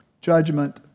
Judgment